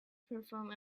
perform